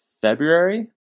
February